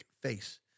face